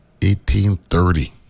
1830